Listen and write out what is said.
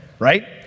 right